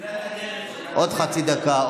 עוד חצי דקה,